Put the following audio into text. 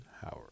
Howard